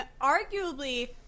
arguably